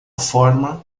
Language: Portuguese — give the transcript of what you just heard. forma